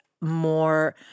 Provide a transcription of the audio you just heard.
more